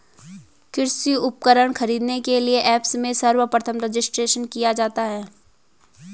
कृषि उपकरण खरीदने के लिए ऐप्स में सर्वप्रथम रजिस्ट्रेशन किया जाता है